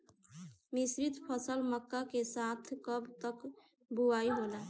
मिश्रित फसल मक्का के साथ कब तक बुआई होला?